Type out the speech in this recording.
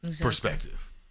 perspective